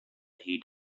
heat